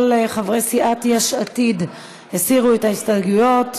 כל חברי סיעת יש עתיד הסירו את ההסתייגויות.